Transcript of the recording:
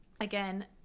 again